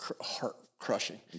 heart-crushing